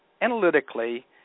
analytically